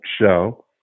show